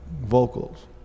vocals